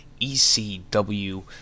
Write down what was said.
ECW